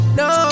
no